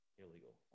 illegal